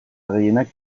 gehienak